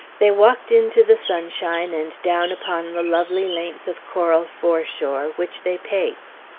they walked into the sunshine and down upon the lovely length of coral foreshore, which they paced.